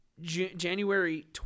January